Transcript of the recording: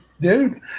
dude